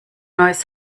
neues